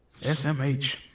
SMH